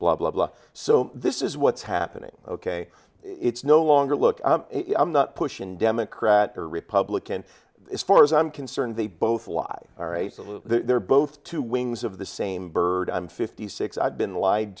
blah blah blah so this is what's happening ok it's no longer look i'm not pushing democrat or republican as far as i'm concerned they both live all right salute they're both two wings of the same bird i'm fifty six i've been lied